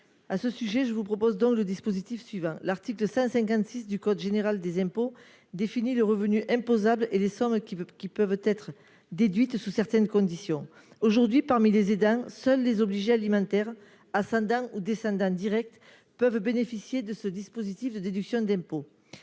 même parfois subvenir à leurs besoins. L'article 156 du code général des impôts définit le revenu imposable et les sommes qui peuvent en être déduites sous certaines conditions. Aujourd'hui, parmi les aidants, seuls les obligés alimentaires- ascendants ou descendants directs -peuvent bénéficier de ce dispositif. Cet amendement